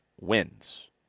wins